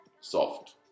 Soft